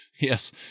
Yes